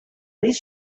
least